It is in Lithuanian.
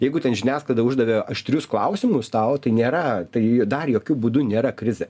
jeigu ten žiniasklaida uždavė aštrius klausimus tau tai nėra tai dar jokiu būdu nėra krizė